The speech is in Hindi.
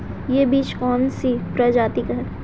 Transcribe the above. यह बीज कौन सी प्रजाति का है?